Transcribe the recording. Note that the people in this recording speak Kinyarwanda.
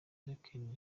jacqueline